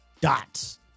dots